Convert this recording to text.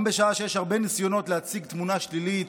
גם בשעה שיש הרבה ניסיונות להציג תמונה שלילית,